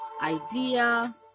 idea